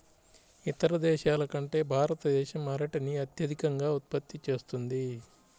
ఇతర దేశాల కంటే భారతదేశం అరటిని అత్యధికంగా ఉత్పత్తి చేస్తుంది